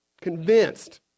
Convinced